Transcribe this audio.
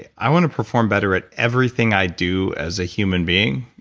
yeah i want to perform better at everything i do as a human being,